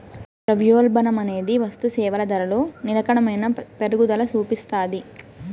ద్రవ్యోల్బణమనేది వస్తుసేవల ధరలో నిలకడైన పెరుగుదల సూపిస్తాది